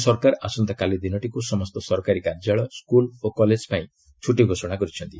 ରାଜ୍ୟ ସରକାର ଆସନ୍ତାକାଲି ଦିନଟିକୁ ସମସ୍ତ ସରକାରୀ କାର୍ଯ୍ୟାଳୟ ସ୍କୁଲ୍ ଓ କଲେଜ୍ପାଇଁ ଛୁଟି ଘୋଷଣା କରିଛନ୍ତି